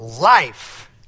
life